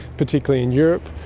particularly in europe.